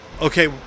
Okay